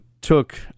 took